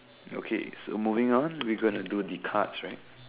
okay so moving on we gonna do the cards rights